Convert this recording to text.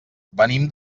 venim